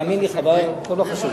תאמין לי, טוב, לא חשוב.